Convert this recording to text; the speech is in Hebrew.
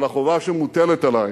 אבל החובה שמוטלת עלי